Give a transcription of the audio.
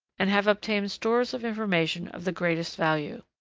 and have obtained stores of information of the greatest value.